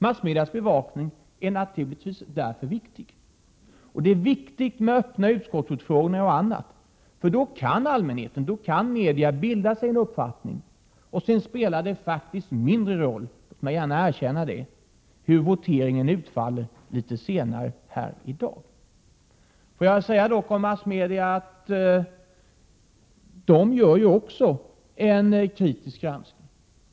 Massmedias bevakning är därför viktig. Det är viktigt med öppna utskottsutfrågningar och annat. Då kan media och allmänheten bilda sig en uppfattning. Sedan spelar det faktiskt en mindre roll — låt mig gärna erkänna det -— hur voteringen utfaller litet senare här i dag.